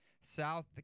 South